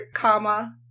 comma